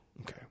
Okay